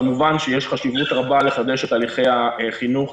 כמובן שיש חשיבות רבה לחדש את תהליכי החינוך,